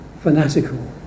fanatical